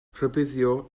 rhybuddio